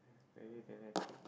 they need their